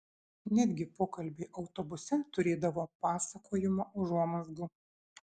netgi pokalbiai autobuse turėdavo pasakojimo užuomazgų